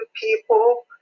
people